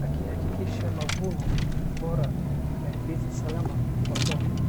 akihakikisha mavuno bora na ndizi salama kwa soko